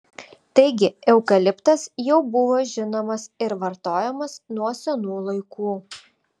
taigi eukaliptas jau buvo žinomas ir vartojamas nuo senų laikų